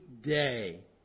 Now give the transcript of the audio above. day